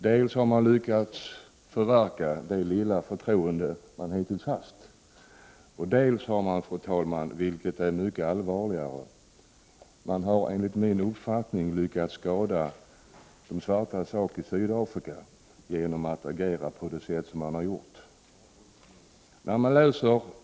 Den har dels lyckats förverka det lilla förtroende den haft, dels, vilket är mycket allvarligare, enligt min uppfattning, lyckats skada de svartas sak i Sydafrika genom att agera som den har gjort.